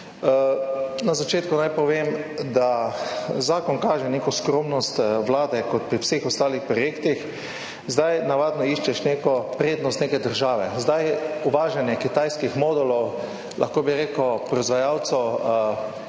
Na začetku naj povem, da zakon kaže neko skromnost vlade kot pri vseh ostalih projektih. Navadno iščeš neko prednost neke države, zdaj uvažanje kitajskih modulov, lahko bi rekel proizvajalcev,